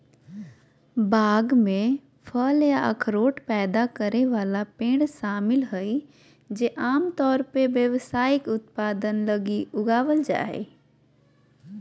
बाग में फल या अखरोट पैदा करे वाला पेड़ शामिल हइ जे आमतौर पर व्यावसायिक उत्पादन लगी उगावल जा हइ